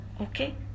okay